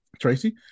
Tracy